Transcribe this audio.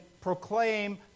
proclaim